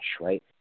right